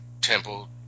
temple